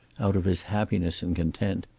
out of his happiness and content.